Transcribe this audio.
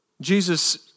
Jesus